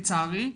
לצערי,